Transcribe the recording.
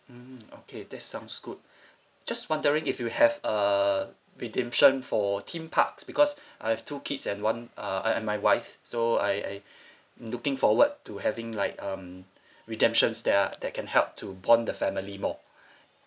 mm okay that sounds good just wondering if you have err redemption for theme parks because I have two kids and one uh and and my wife so I I looking forward to having like um redemptions that are that can help to bond the family more